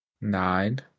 Nine